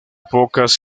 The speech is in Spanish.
pocas